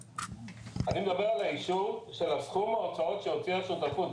אני מדבר על האישור של סכום ההוצאות שהוציאה השותפות.